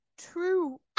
true